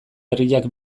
herriak